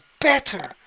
better